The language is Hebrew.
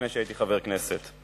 לפני שהייתי לחבר כנסת,